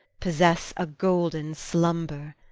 possess a golden slumber,